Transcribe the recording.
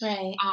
Right